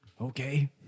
Okay